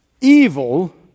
evil